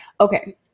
Okay